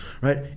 right